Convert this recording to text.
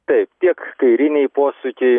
taip tiek kairiniai posūkiai